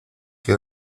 que